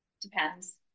depends